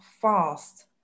fast